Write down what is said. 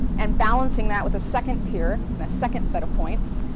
and balancing that with a second tier and a second set of points.